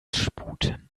sputen